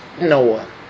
Noah